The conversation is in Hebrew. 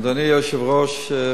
אדוני היושב-ראש,